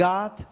God